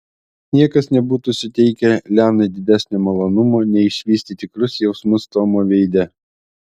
niekas nebūtų suteikę lianai didesnio malonumo nei išvysti tikrus jausmus tomo veide